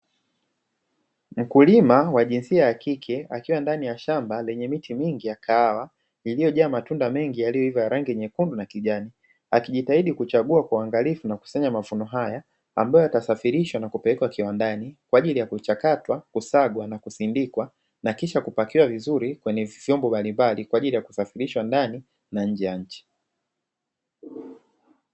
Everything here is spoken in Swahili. Mkulima wa jinsia ya kike akiwa ndani ya shamba lenye miti mingi ya kahawa iliyojaa matunda mengi yaliyoiva rangi nyekundu na kijani, akijitahidi kuchagua kwa uangalifu na kukusanya mavuno haya ambayo yatasafirishwa na kupelekwa kiwandani. Kwa ajili ya kuchakatwa, kusagwa na kusindikwa na kisha kupakiwa vizuri kwenye vyombo mbalimbali kwa ajili ya kusafirishwa ndani na nje ya nchi.